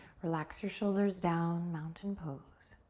relax your shoulders down, mountain pose.